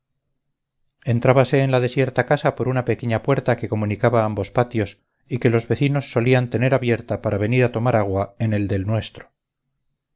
entrábase en la desierta casa por una pequeña puerta que comunicaba ambos patios y que los vecinos solían tener abierta para venir a tomar agua en el del nuestro